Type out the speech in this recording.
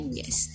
yes